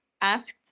asked